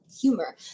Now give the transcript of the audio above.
humor